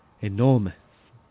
enormous